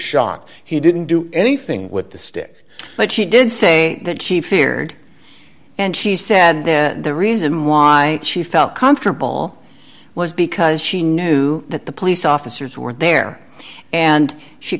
he didn't do anything with the stick but she did say that she feared and she said the reason why she felt comfortable was because she knew that the police officers who were there and she